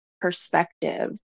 perspective